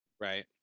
Right